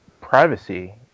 privacy